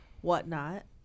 whatnot